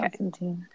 okay